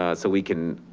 ah so we can